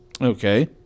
Okay